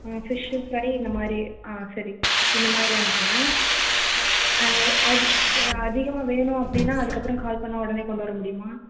ஆ fish fry இந்த மாதிரி ஆ சரி இந்த மாதிரி அனுப்புங்கள் ஆ அதிகமாக வேணும் அப்படின்னா அதுக்கப்புறம் கால் பண்ணால் உடனே கொண்டு வர முடியுமா